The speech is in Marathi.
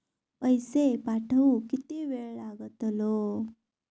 पैशे पाठवुक किती वेळ लागतलो?